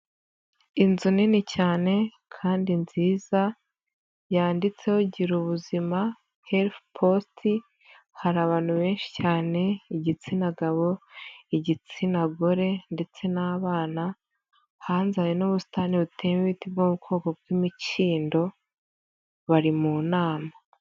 Inzu nini cyane kandi nziza yanditseho Girubuzima Health Post, hari abantu benshi cyane igitsina gabo, igitsina gore ndetse n'abana, hanze hari n'ubusitani buteyeho ibiti bwo mu bwoko bw'imikindo bari mu nama.